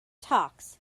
talks